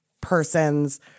person's